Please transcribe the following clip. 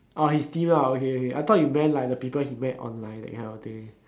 orh his team ah okay okay I thought you meant like the people he met online that kind of thing